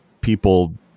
people